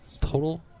total